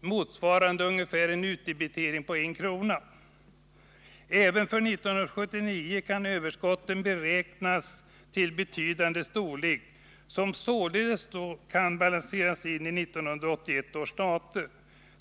Det motsvarar en utdebitering på ungefär en krona. Även för 1979 kan överskotten beräknas bli betydande. De kan således balanseras in i 1981 års stater.